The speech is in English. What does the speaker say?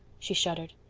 she shuddered.